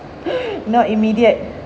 not immediate